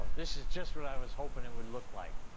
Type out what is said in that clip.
this is just what i was hoping it would look like.